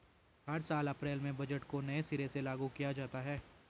हर साल अप्रैल में बजट को नये सिरे से लागू किया जाता है